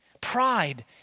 Pride